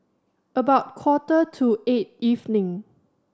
about quarter to eight evening